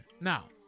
Now